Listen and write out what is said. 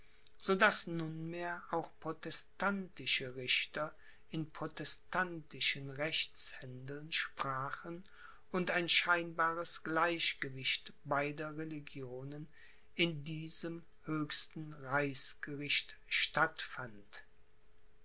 daß nunmehr auch protestantische richter in protestantischen rechtshändeln sprachen und ein scheinbares gleichgewicht beider religionen in diesem höchsten reichsgericht statt